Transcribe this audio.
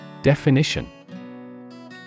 Definition